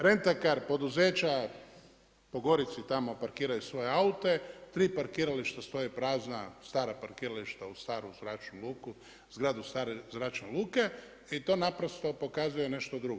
Rent-a-car poduzeća po Gorici tamo parkiraju svoje aute, tri parkirališta stoje prazna, stara parkirališta uz staru zračnu luku, zgradu stare zračne luke i to naprosto pokazuje nešto drugo.